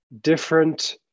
different